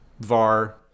VAR